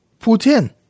Putin